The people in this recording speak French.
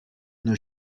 nos